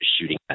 shooting